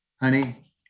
honey